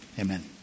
Amen